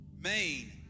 Maine